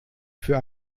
für